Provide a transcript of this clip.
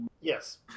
Yes